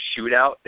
shootout